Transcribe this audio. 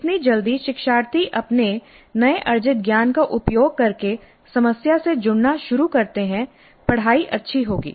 जितनी जल्दी शिक्षार्थी अपने नए अर्जित ज्ञान का उपयोग करके समस्या से जुड़ना शुरू करते हैं पढ़ाई अच्छी होगी